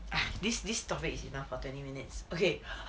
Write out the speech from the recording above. !huh! this this topic is enough for twenty minutes okay